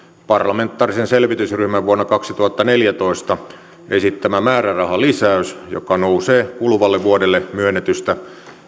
parlamentaarisen selvitysryhmän vuonna kaksituhattaneljätoista esittämä määrärahalisäys joka nousee kuluvalle vuodelle myönnetystä